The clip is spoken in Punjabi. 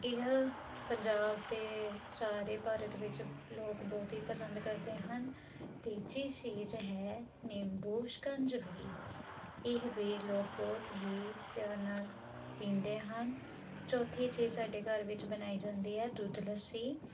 ਇਹ ਪੰਜਾਬ ਦੇ ਸਾਰੇ ਭਾਰਤ ਵਿੱਚ ਲੋਕ ਬਹੁਤ ਹੀ ਪਸੰਦ ਕਰਦੇ ਹਨ ਤੀਜੀ ਚੀਜ਼ ਹੈ ਨਿੰਬੂ ਸ਼ਿਕੰਜਵੀ ਇਹ ਵੀ ਲੋਕ ਬਹੁਤ ਹੀ ਪਿਆਰ ਨਾਲ ਪੀਂਦੇ ਹਨ ਚੌਥੀ ਚੀਜ਼ ਸਾਡੇ ਘਰ ਵਿੱਚ ਬਣਾਈ ਜਾਂਦੀ ਹੈ ਦੁੱਧ ਲੱਸੀ